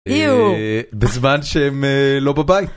איו! אה... בזמן שהם אה... לא בבית.